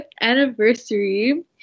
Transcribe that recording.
anniversary